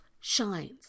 shines